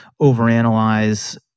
overanalyze